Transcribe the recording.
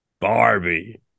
Barbie